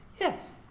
Yes